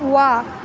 वाह